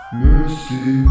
mercy